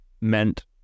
meant